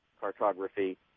cartography